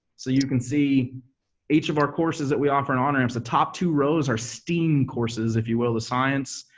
so you can see each of our courses that we offer in onramps. the top two rows are steam courses, if you will, the science,